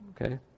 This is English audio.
okay